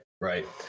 right